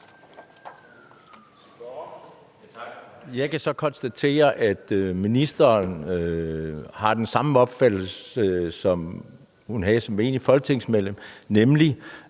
Jeg kan så konstatere, at ministeren har den samme opfattelse, som hun havde som menigt folketingsmedlem, nemlig